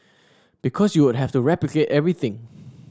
because you would have to replicate everything